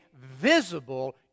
visible